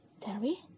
Terry